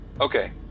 okay